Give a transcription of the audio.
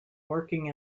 working